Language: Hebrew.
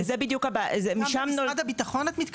גם בצורת ההעסקה של משרד הביטחון?